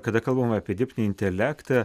kada kalbama apie dirbtinį intelektą